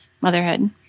motherhood